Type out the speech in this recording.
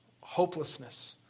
hopelessness